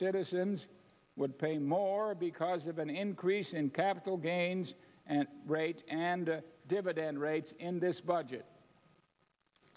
citizens would pay more because of an increase in capital gains and rate and dividend rates in this budget